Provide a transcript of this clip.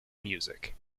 music